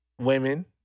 women